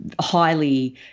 highly